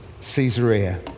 Caesarea